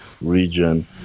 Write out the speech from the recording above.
region